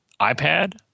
iPad